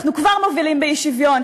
אנחנו כבר מובילים באי-שוויון,